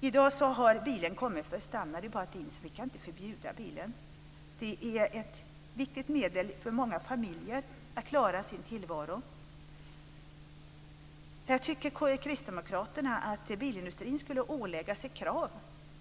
I dag har bilen kommit för att stanna. Det är bara att inse. Vi kan inte förbjuda bilen. Det är ett viktigt medel för många familjer för att klara sin tillvaro. Kristdemokraterna tycker att bilindustrin skulle åläggas ett krav